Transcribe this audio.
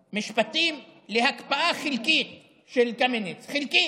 המשפטים להקפאה חלקית של קמיניץ, חלקית,